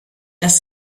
das